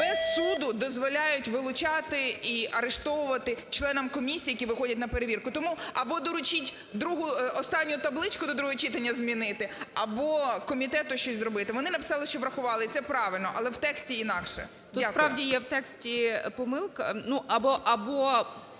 без суду дозволяють вилучати і арештовувати членам комісії, які виходять на перевірку. Тому або доручить другу… останню табличку до другого читання змінити, або комітету щось зробити. Вони написали, що врахували, це правильно, але в тексті інакше. Дякую. ГОЛОВУЮЧИЙ. Тут, справді, є в тексті помилка… або